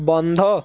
বন্ধ